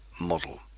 model